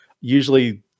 Usually